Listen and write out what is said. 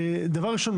דבר ראשון,